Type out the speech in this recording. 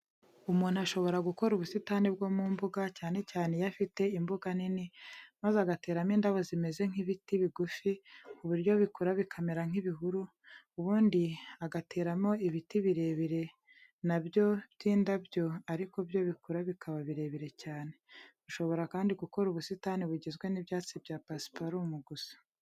Umuntu ashobora gukora ubusitani bwo mu mbuga cyane cyane iyo afite imbuga nini, maze agateramo indabo zimeze nk'ibiti bigufi ku buryo bikura bikamera nk'ibihuru, ubundi agataramo n'ibiti birebire na byo by'indabo ariko byo bikura bikaba birebire cyane. Ushobora kandi gukora ubusitani bugizwe n'ibyatsi bya pasiparumu gusa.